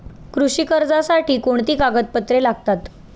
कृषी कर्जासाठी कोणती कागदपत्रे लागतात?